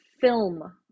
film